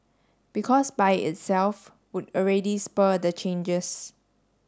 because by itself would already spur the changes